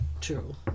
True